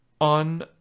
on